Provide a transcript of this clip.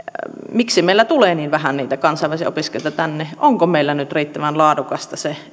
miksi meille tulee niin vähän niitä kansainvälisiä opiskelijoita tänne onko meillä nyt riittävän laadukasta se